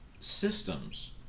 systems